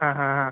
ആ ഹാ അ